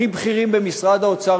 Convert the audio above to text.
הכי בכירים במשרד האוצר,